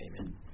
Amen